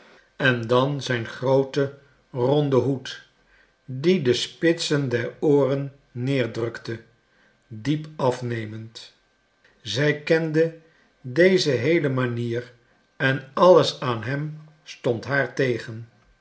en dan zijn grooten ronden hoed die de spitsen der ooren neerdrukte diep afnemend zij kende deze geheele manier en alles aan hem stond haar tegen